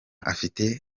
afite